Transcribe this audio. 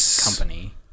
company